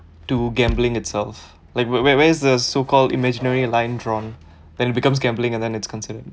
to gambling itself like where where where is the so called imaginary line drawn that it becomes gambling and then it's considered